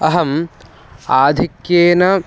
अहम् आधिक्येन